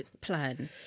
plan